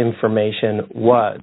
information was